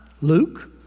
Luke